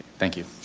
thank you.